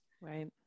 right